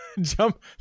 jump